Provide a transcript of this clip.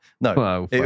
no